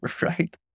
Right